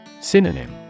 Synonym